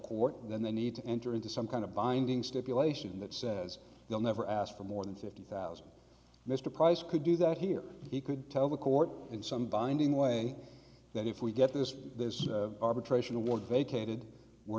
and then they need to enter into some kind of binding stipulation that says they'll never ask for more than fifty thousand mr price could do that here he could tell the court in some binding way that if we get this this is an award vacated we're